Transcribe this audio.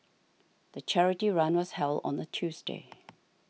the charity run was held on a Tuesday